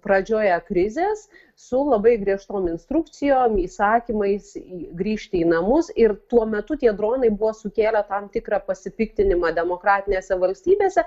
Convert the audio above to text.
pradžioje krizės su labai griežtom instrukcijom įsakymais grįžti į namus ir tuo metu tie dronai buvo sukėlę tam tikrą pasipiktinimą demokratinėse valstybėse